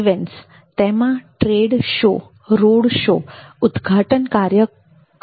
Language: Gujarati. ઇવેન્ટ્સ તેમાં ટ્રેડ શો રોડ શો ઉદ્ઘાટન કાર્યોનો સમાવેશ થાય છે